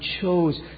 chose